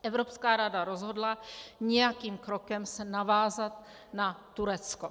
Evropská rada rozhodla nějakým krokem se navázat na Turecko.